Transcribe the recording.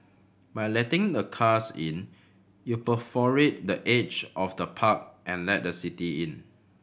by letting the cars in you perforate the edge of the park and let the city in